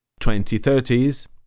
2030s